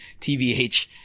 TVH